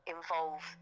involve